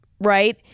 right